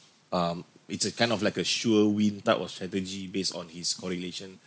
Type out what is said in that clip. um it's a kind of like a sure win type of strategy based on his coordination